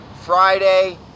Friday